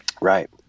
Right